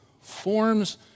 forms